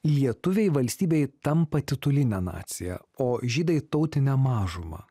lietuviai valstybėj tampa tituline nacija o žydai tautine mažuma